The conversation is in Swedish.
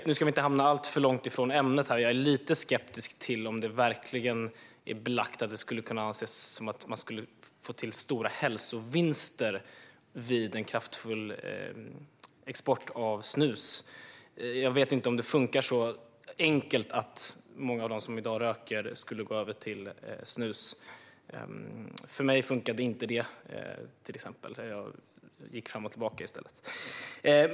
Nu ska vi inte hamna alltför långt från ämnet, men jag är lite skeptisk till att det verkligen är belagt att det skulle anses att man kan få till stora hälsovinster vid en kraftfull export av snus. Jag vet inte om det funkar så enkelt att många av dem som i dag röker skulle gå över till snus. För mig, till exempel, funkade inte det. Jag gick fram och tillbaka i stället.